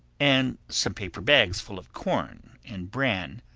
and some paper bags full of corn and bran,